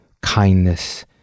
kindness